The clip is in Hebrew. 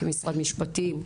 כמשרד משפטים,